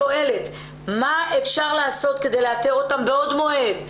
מה אפשר לעשות כדי לאתר אותן בעוד מועד?